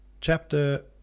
Chapter